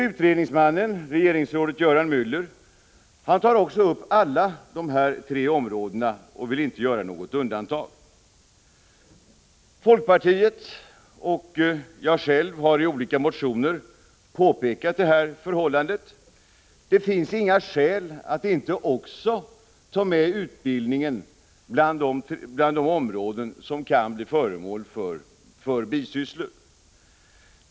Utredningsmannen, regeringsrådet Jöran Mueller, tar upp alla dessa tre områden och vill inte göra något undantag. Folkpartiet och jag själv har i olika motioner påpekat detta förhållande. Det finns inga skäl att inte också ta med utbildningen bland de områden som kan bli föremål för bisysslor.